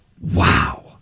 wow